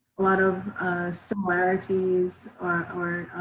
a lot of similarities or